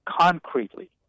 concretely